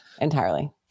entirely